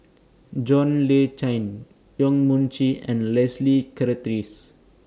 John Le Cain Yong Mun Chee and Leslie Charteris